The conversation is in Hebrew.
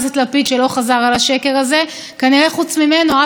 אני מעולם לא אמרתי שבג"ץ הוא סניף של מרצ.